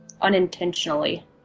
unintentionally